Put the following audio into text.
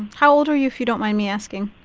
how old are you, if you don't mind me asking?